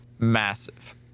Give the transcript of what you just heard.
massive